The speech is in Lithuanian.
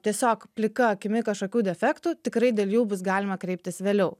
tiesiog plika akimi kažkokių defektų tikrai dėl jų bus galima kreiptis vėliau